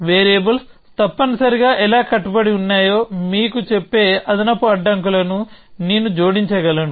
variables తప్పనిసరిగా ఎలా కట్టుబడి ఉన్నాయో మీకు చెప్పే అదనపు అడ్డంకులను నేను జోడించగలను